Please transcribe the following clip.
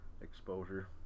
exposure